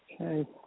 Okay